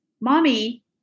Mommy